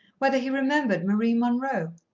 whether he remembered marie munroe.